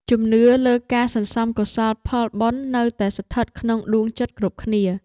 ជំនឿលើការសន្សំកុសលផលបុណ្យនៅតែស្ថិតក្នុងដួងចិត្តគ្រប់គ្នា។